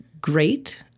great